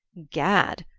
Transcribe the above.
gad,